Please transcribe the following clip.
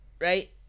right